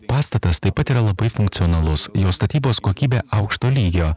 pastatas taip pat yra labai funkcionalus jo statybos kokybė aukšto lygio